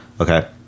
Okay